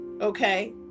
Okay